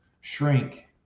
shrink